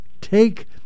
take